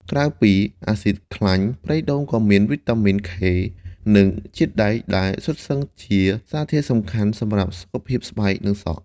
ក្រៅពី អាស៊ីតខ្លាញ់ ប្រេងដូងក៏មាន វីតាមីន ខេ (K) និង ជាតិដែក ដែលសុទ្ធសឹងជាសារធាតុសំខាន់សម្រាប់សុខភាពស្បែក និងសក់។